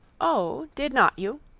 oh, did not you?